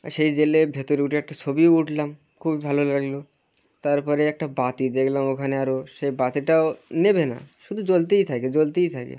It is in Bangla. আর সেই জেলে ভেতরে উঠে একটা ছবিও উঠলাম খুবই ভালো লাগলো তারপরে একটা বাতি দেখলাম ওখানে আরও সেই বাতিটাও নেভে না শুধু জ্বলতেই থাকে জ্বলতেই থাকে